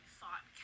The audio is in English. thought